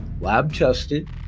lab-tested